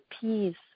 peace